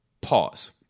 Pause